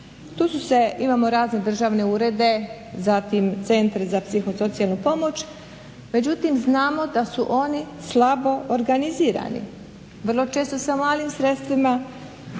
tu su se, imamo razne državne urede, zatim centre za psihosocijalnu pomoć. međutim, znamo da su oni slabo organizirani, vrlo često sa malim sredstvima,